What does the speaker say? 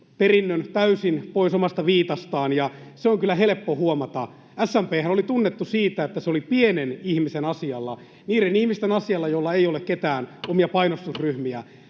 perinnön täysin pois omasta viitastaan, ja se on kyllä helppo huomata. SMP:hän oli tunnettu siitä, että se oli pienen ihmisen asialla: niiden ihmisten asialla, joilla ei ole ketään omia painostusryhmiä.